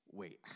wait